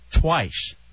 Twice